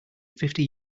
fifty